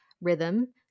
rhythm